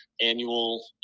annual